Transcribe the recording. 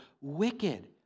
wicked